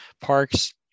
parks